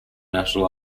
national